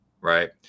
right